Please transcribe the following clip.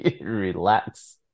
relax